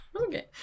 Okay